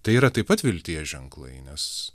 tai yra taip pat vilties ženklai nes